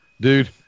dude